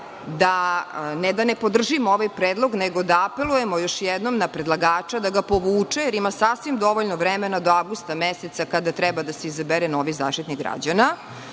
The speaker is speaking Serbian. da ne da ne podržimo ovaj predlog, nego da apelujemo još jednom na predlagača da ga povuče, jer ima sasvim dovoljno vremena do avgusta meseca kada treba da se izabere novi Zaštitnik građana,